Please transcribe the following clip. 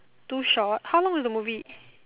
too short how long is the movie